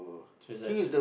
so it's like a